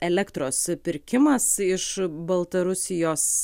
elektros pirkimas iš baltarusijos